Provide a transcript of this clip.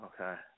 Okay